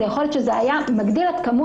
יכול להיות שזה היה מגדיל את מספר